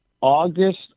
August